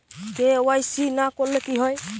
KYC না করলে কি হয়?